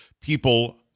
people